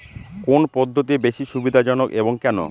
কোন পদ্ধতি বেশি সুবিধাজনক এবং কেন?